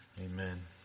Amen